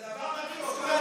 זה דבר מדהים,